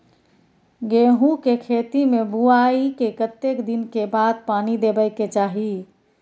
गेहूँ के खेती मे बुआई के कतेक दिन के बाद पानी देबै के चाही?